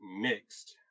mixed